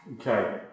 Okay